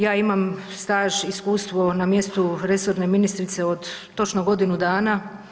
Ja imam staž i iskustvo na mjesto resorne ministrice od točno godinu dana.